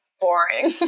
boring